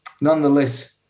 nonetheless